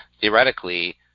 theoretically